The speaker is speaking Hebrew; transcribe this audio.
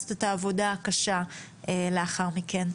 לעשות את העבודה הקשה לאחר מכן.